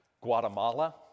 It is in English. Guatemala